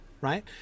right